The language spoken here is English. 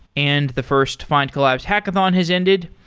and the first findcollabs hackathon has ended.